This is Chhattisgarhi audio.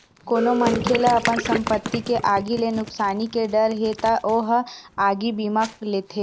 कोनो मनखे ल अपन संपत्ति के आगी ले नुकसानी के डर हे त ओ ह आगी बीमा लेथे